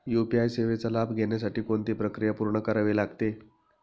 UPI सेवेचा लाभ घेण्यासाठी कोणती प्रक्रिया पूर्ण करावी लागते?